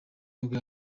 nibwo